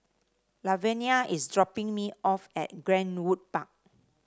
Lavenia is dropping me off at Greenwood Bar